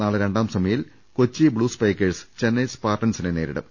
നാളെ രണ്ടാം സെമിയിൽ കൊച്ചി ബ്ലൂ സ്പൈക്കേഴ്സ് ചെന്നൈ സ്പാർടൻസിനെ നേരിടും